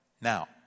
Now